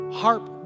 harp